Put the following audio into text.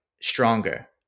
stronger